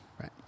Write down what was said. Right